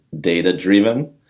data-driven